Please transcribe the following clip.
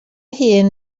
hun